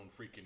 freaking